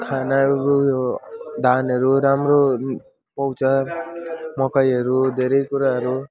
खाना उयो धानहरू राम्रो पाउँछ मकैहरू धेरै कुराहरू